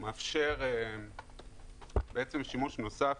מאפשר שימוש נוסף,